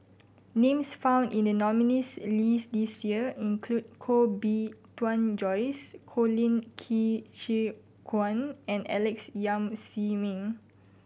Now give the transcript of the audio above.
names found in the nominees' list this year include Koh Bee Tuan Joyce Colin Qi Zhe Quan and Alex Yam Ziming